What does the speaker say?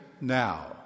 now